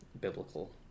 biblical